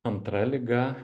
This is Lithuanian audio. antra liga